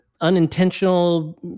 unintentional